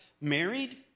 married